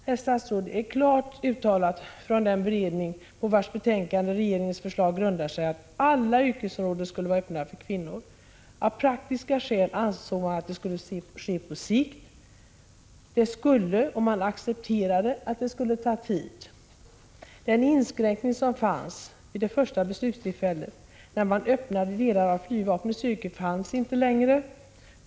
Herr statsråd! Det är klart uttalat från den beredning på vars betänkande regeringens förslag grundar sig att alla yrkesområden skulle vara öppna för kvinnor. Av praktiska skäl ansåg man att ändringen skulle ske på sikt, och man accepterade att det skulle ta tid. Den inskränkning som fanns vid det första beslutstillfället, när man öppnade delar av flygvapnets yrken, fanns inte längre.